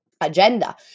agenda